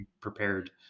prepared